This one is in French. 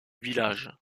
village